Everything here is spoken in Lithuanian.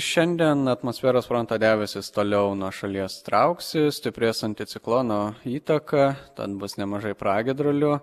šiandien atmosferos fronto debesys toliau nuo šalies trauksis stiprės anticiklono įtaka tad bus nemažai pragiedrulių